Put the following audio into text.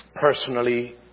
personally